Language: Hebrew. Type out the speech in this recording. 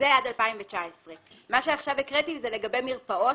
זה עד 2019. מה שעכשיו קראתי זה לגבי מרפאות,